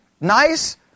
nice